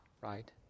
right